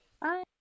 Bye